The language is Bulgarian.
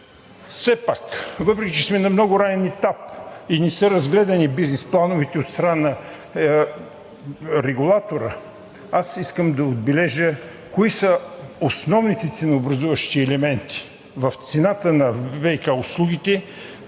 Все пак, въпреки че сме на много ранен етап и не са разгледани бизнес плановете от страна на регулатора, аз искам да отбележа кои са основните ценообразуващи елементи в цената на ВиК услугите,